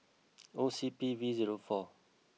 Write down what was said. O C P V zero four